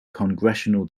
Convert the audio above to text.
congressional